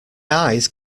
eyes